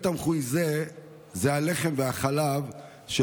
בחודש אפריל השנה נסגר בית התמחוי היחיד בעיר